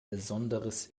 besonderes